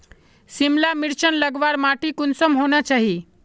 सिमला मिर्चान लगवार माटी कुंसम होना चही?